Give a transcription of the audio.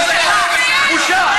בושה,